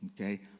okay